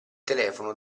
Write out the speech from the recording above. telefono